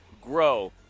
grow